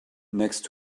next